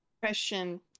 Question